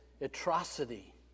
atrocity